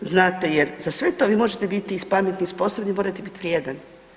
Znate jer za sve to vi možete biti i pametni i sposobni, morate bit vrijedan.